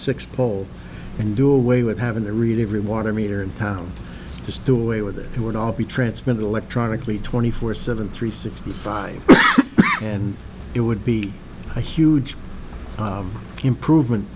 six pole and do away with having to read every water meter in town just do away with it who would all be transmitted electronically twenty four seven three sixty five and it would be a huge improvement